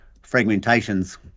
fragmentations